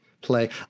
play